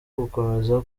gukomeza